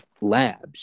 labs